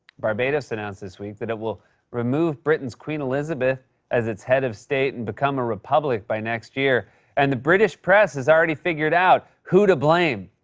barbados announced this week that it will remove britain's queen elizabeth as its head of state and become a republic by next year and the british press has already figured out who to blame.